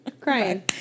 Crying